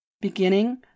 beginning